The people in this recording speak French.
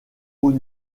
haut